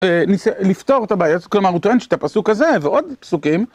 לפתור את הבעיה, כלומר הוא טוען שאת הפסוק הזה, ועוד פסוקים.